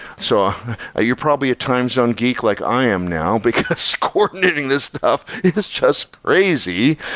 so you're probably at times on geek like i am now, because coordinating this stuff is just crazy.